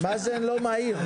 מאזן לא מהיר.